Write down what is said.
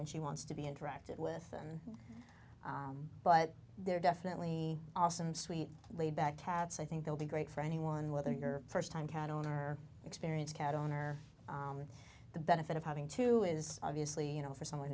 when she wants to be interacted with but they're definitely awesome sweet laid back cat so i think they'll be great for anyone whether you're first time cat owner experience cat owner the benefit of having two is obviously you know for someone